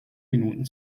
minuten